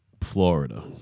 Florida